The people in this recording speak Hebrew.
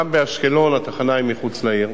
גם באשקלון התחנה היא מחוץ לעיר,